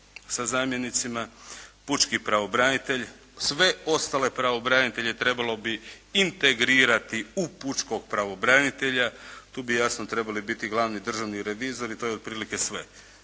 sa zamjenicima, pučki pravobranitelj. Sve ostale pravobranitelje trebalo bi integrirati u pučkog pravobranitelja. Tu bi jasno trebali biti i glavni državni revizori i to je otprilike sve.